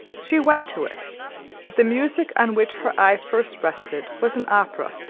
she went to it but the music on which her eye first rested was an opera,